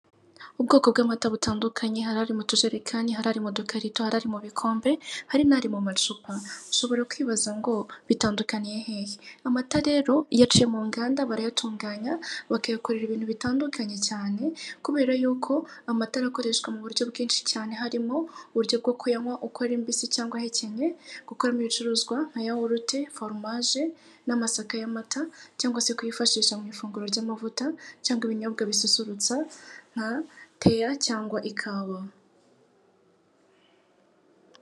Ubwoko bw'amata butandukanye hari ari mutujerekani, hari ari mu dukarito, hari ari mu bikombe hari nari mu macupa. Ushobora kwibaza ngo bitandukaniye hehe? Amata rero iyo aciye munganda barayatunganya bakayakorera ibintu byinshi bitandukanye cyane kubera yuko amata arakoreshwa muburyo bwinshi cyane harimo uburyo kuyanywa uko ari mbisi cyangwa ahekenye gukoramo ibicuruzwa nka yawurute, foromaje n'amasaka y'amata cyangwa se kuyifashisha mw'ifunguro ry'amavuta cyangwa ibinyobwa bisusurutsa nka teya cyangwa ikawa.